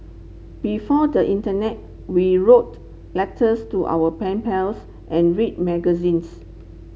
before the internet we wrote letters to our pen pals and read magazines